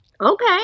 Okay